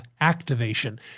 activation